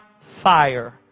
fire